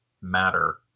matter